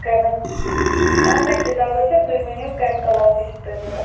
کَمیٛوک اہن حظ کتاب حظ چھِ تُہۍ ؤنِو کَمہِ کلاسٕچۍ چھو تۄہہِ ضُروٗرت